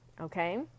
Okay